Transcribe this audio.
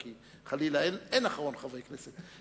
כי חלילה אין אחרון חברי הכנסת,